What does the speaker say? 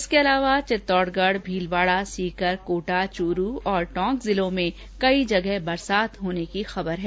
इसके अलावा चित्तौड़गढ भीलवाडा सीकर कोटा चूरू और टोंक जिलों में कई जगह बरसात होने की खबर है